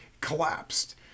collapsed